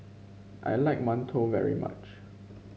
I like mantou very much